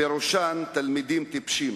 פירושן תלמידים טיפשים,